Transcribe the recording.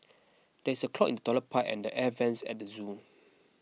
there is a clog in the Toilet Pipe and the Air Vents at the zoo